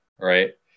right